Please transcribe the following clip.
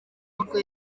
nibwo